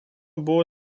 buvo